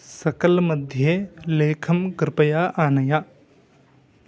सकल्मध्ये लेखं कृपया आनय